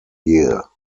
year